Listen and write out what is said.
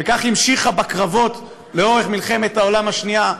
וכך היא המשיכה בקרבות לאורך מלחמת העולם השנייה,